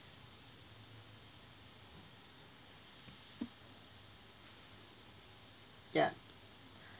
yup